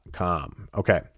Okay